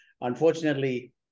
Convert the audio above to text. unfortunately